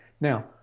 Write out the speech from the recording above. Now